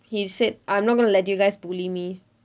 he said I'm not going to let you guys bully me